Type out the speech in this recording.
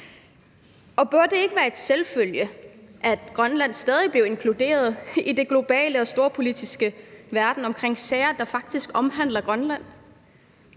Bør det ikke være en selvfølge, at Grønland stadig bliver inkluderet i den globale og storpolitiske verden i sager, der faktisk omhandler Grønland?